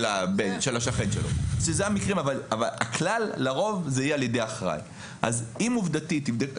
השכן שלו אבל הכלל לרוב יהיה על ידי אחראי.